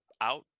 out